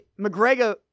McGregor